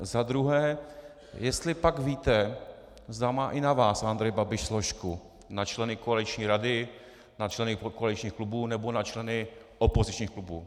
Za druhé: Jestlipak víte, zda má i na vás Andrej Babiš složku, na členy koaliční rady, na členy koaličních klubů nebo na členy opozičních klubů.